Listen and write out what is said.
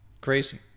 Crazy